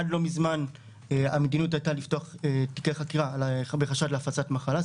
עד לא מזמן המדיניות הייתה לפתוח תיקי חקירה בחשד להפצת מחלה,